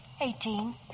Eighteen